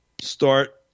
start